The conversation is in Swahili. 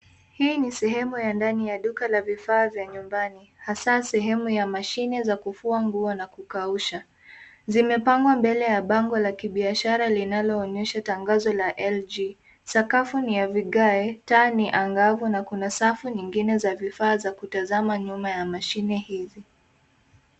Hii ni sehemu ya ndani ya duka la vifaa vya nyumbani hasa sehemu ya mashine za kufua nguo na kukausha. Zimepangwa mbele ya bango la kibiashara linaloonyesha tangazo la LG. Sakafu ni ya vigae, taa ni angavu na kuna safu nyingine za vifaa za kutazama nyuma ya mashine hizi.